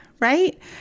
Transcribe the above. right